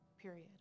period